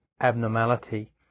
abnormality